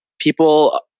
people